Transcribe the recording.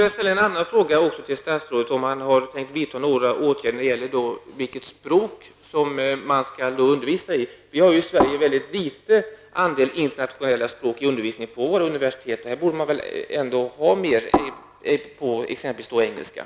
Jag undrar även om statsrådet tänker vidta några åtgärder när det gäller vilket språk som undervisningen skall ske på. På våra universitet undervisas det i mycket liten utsträckning på andra språk. Det borde väl ske mer undervisning på t.ex.